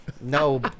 no